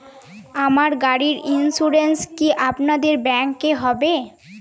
আমার গাড়ির ইন্সুরেন্স কি আপনাদের ব্যাংক এ হবে?